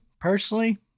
Personally